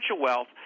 wealth